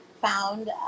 found